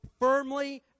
firmly